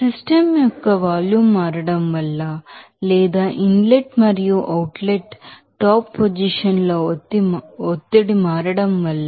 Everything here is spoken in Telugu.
సిస్టమ్ యొక్క వాల్యూం మారడం వల్ల లేదా ఇన్ లెట్ మరియు అవుట్ లెట్ టాప్ పొజిషన్ లో ఒత్తిడి మారడం వల్ల